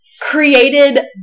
created